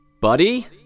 Buddy